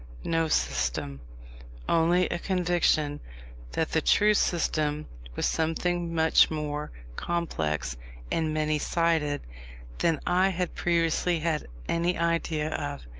no system only a conviction that the true system was something much more complex and many-sided than i had previously had any idea of,